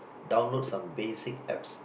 download some basic apps